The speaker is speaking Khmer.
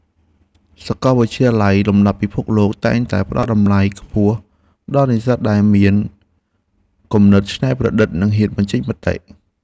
សាកលវិទ្យាល័យលំដាប់ពិភពលោកតែងតែផ្តល់តម្លៃខ្ពស់ដល់និស្សិតដែលមានគំនិតច្នៃប្រឌិតនិងហ៊ានបញ្ចេញមតិ។